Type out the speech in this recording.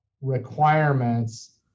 requirements